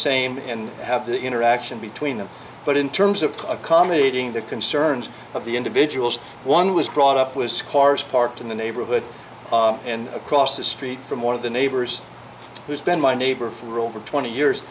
same and have the interaction between them but in terms of accommodating the concerns of the individuals one was brought up was cars parked in the neighborhood and across the street from one of the neighbors who's been my neighbor for over twenty years